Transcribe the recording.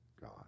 God